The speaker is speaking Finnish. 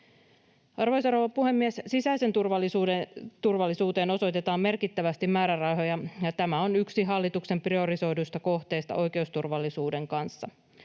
Arvoisa rouva puhemies! Sisäiseen turvallisuuteen osoitetaan merkittävästi määrärahoja, ja tämä on yksi hallituksen priorisoiduista kohteista oikeusturvallisuuden kanssa.